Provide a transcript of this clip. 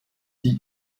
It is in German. die